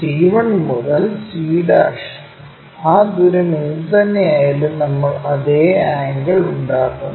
c 1 മുതൽ c ആ ദൂരം എന്തുതന്നെയായാലും നമ്മൾ അതേ ആംഗിൾ ഉണ്ടാക്കുന്നു